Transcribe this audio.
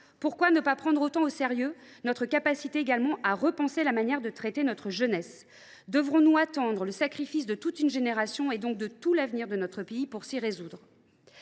pourquoi ne pas prendre autant au sérieux la nécessité de repenser également la manière de traiter notre jeunesse ? Allons nous attendre le sacrifice de toute une génération, et donc de l’avenir de notre pays, pour nous y résoudre ?